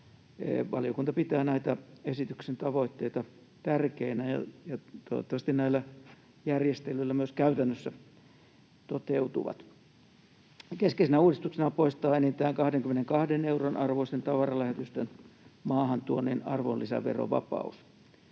Valiokunta pitää näitä esityksen tavoitteita tärkeinä, ja toivottavasti ne näillä järjestelyillä myös käytännössä toteutuvat. Keskeisenä uudistuksena on poistaa enintään 22 euron arvoisten tavaralähetysten maahantuonnin arvonlisäverovapaus.